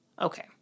Okay